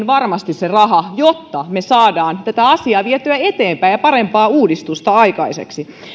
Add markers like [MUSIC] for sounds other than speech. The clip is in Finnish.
[UNINTELLIGIBLE] varmasti se raha jotta me saamme tätä asiaa vietyä eteenpäin ja parempaa uudistusta aikaiseksi